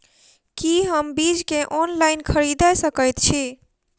की हम बीज केँ ऑनलाइन खरीदै सकैत छी?